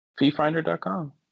FeeFinder.com